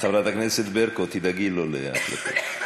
חברת הכנסת ברקו, תדאגי לו להקלטות.